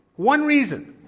one reason,